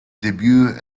debut